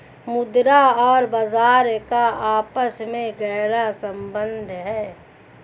मुद्रा और बाजार का आपस में गहरा सम्बन्ध है